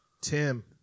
Tim